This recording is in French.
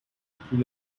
plus